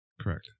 Correct